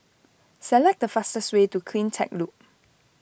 select the fastest way to CleanTech Loop